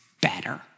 better